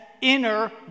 inner